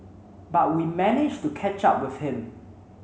but we managed to catch up with him